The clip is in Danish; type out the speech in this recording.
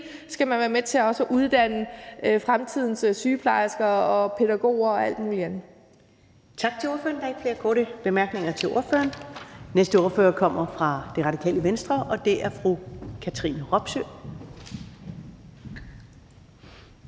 skal man være med til også at uddanne fremtidens sygeplejersker og pædagoger og alt muligt andet.